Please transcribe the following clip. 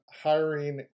hiring